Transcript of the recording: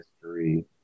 history